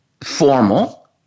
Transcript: formal